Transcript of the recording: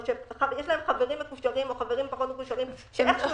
או שיש להם חברים מקושרים או חברים פחות מקושרים שאיכשהו